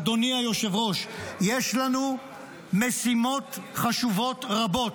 אדוני היושב-ראש, יש לנו משימות חשובות רבות,